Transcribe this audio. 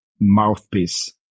mouthpiece